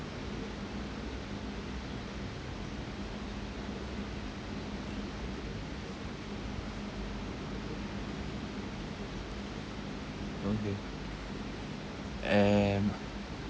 and